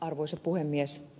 arvoisa puhemies